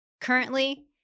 currently